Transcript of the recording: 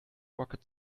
rocket